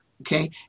Okay